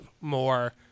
more